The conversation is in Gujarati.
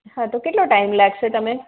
હા તો કેટલો ટાઈમ લાગશે તમે